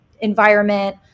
environment